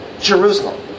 Jerusalem